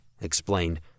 explained